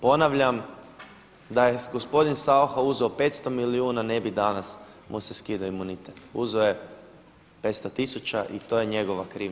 Ponstavljam, da je gospodin Saucha uzeo 500 milijuna ne bi danas mu se skidao imunitet, uzeo je 500 tisuća i to je njegova krivnja.